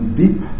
deep